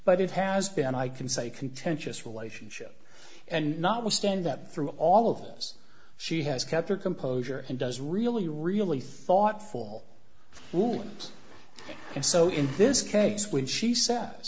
but it has been i can say contentious relationship and not withstand that through all of us she has kept her composure and does really really thoughtful rulings and so in this case when she sa